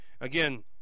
again